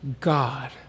God